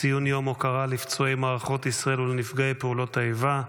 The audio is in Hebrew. ציון יום הוקרה לפצועי מערכות ישראל ולנפגעי פעולות האיבה.